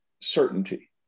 certainty